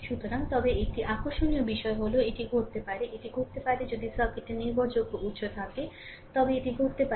সুতরাং তবে একটি আকর্ষণীয় বিষয় হল এটি ঘটতে পারে এটি ঘটতে পারে যদি সার্কিটের নির্ভরযোগ্য উত্স থাকে তবে এটি ঘটতে পারে